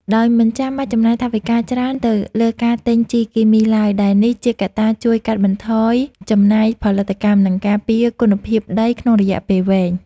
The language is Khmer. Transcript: ដោយមិនចាំបាច់ចំណាយថវិកាច្រើនទៅលើការទិញជីគីមីឡើយ ដែលនេះជាកត្តាជួយកាត់បន្ថយចំណាយផលិតកម្ម និងការពារគុណភាពដីក្នុងរយៈពេលវែង។